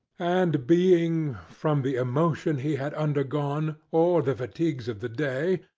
and being, from the emotion he had undergone, or the fatigues of the day,